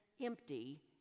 empty